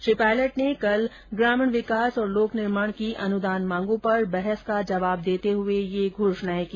श्री पायलट ने कल ग्रामीण विकास और लोक निर्माण की अनुदान मांगों पर बहस का जवाब देते हुए ये घोषणाएं की